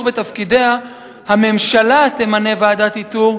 ותפקידיה" "הממשלה תמנה ועדת איתור",